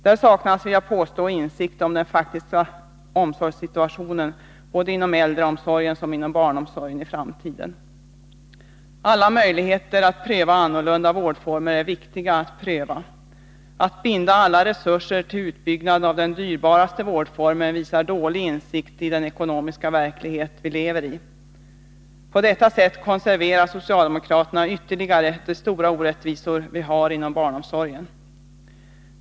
Där saknas, vill jag påstå, insikt om den faktiska omsorgssituationen såväl inom äldreomsorgen som inom barnomsorgen i framtiden. Alla möjligheter till annorlunda vårdformer är viktiga att pröva. Att binda alla resurser till utbyggnad av den dyrbaraste vårdformen visar dålig insikt i den ekonomiska verklighet vi lever i. På detta sätt konserverar socialdemokraterna ytterligare de stora orättvisor vi har inom barnomsorgen.